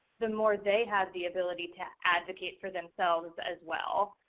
the more they have the ability to advocate for themselves, as well.